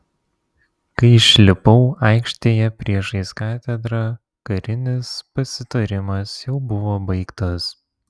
kai išlipau aikštėje priešais katedrą karinis pasitarimas jau buvo baigtas